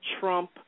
trump